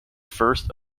first